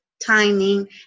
timing